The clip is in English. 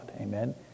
amen